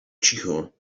cicho